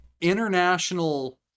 international